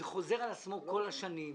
זה חוזר על עצמו כל השנים.